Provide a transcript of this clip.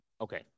Okay